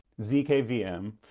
zkvm